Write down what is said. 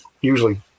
usually